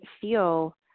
feel